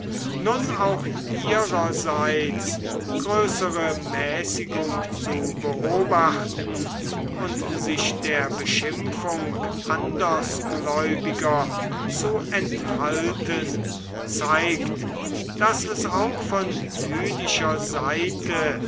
nun auch ihrerseits größere mäßigung zu beobachten und sich der beschimpfung andersgläubiger zu enthalten zeigt daß es auch von jüdischer seite